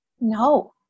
no